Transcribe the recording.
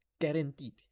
guaranteed